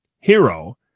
hero